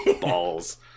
balls